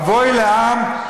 אבוי לעם,